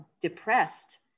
depressed